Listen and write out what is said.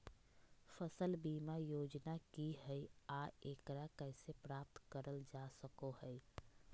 फसल बीमा योजना की हय आ एकरा कैसे प्राप्त करल जा सकों हय?